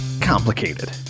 complicated